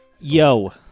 yo